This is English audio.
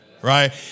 right